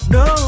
no